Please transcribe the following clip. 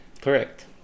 correct